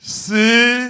See